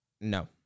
No